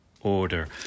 order